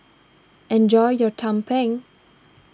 enjoy your Tumpeng